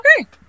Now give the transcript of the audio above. okay